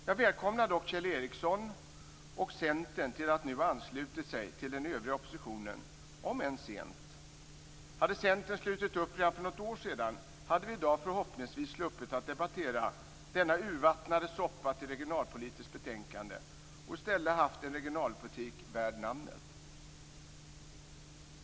Jag välkomnar dock att Kjell Ericsson och Centern nu har anslutit sig till den övriga oppositionen, om än sent. Hade Centern slutit upp redan för något år sedan hade vi i dag förhoppningsvis sluppit att debattera denna urvattnade soppa till regionalpolitik och i stället haft en regionalpolitik värd namnet.